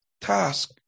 Task